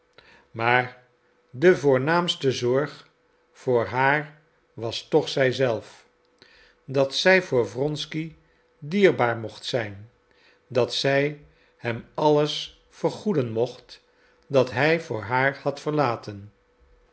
maar de voornaamste zorg voor haar was toch zij zelf dat zij voor wronsky dierbaar mocht zijn dat zij hem alles vergoeden mocht wat hij voor haar had verlaten